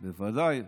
בוודאי.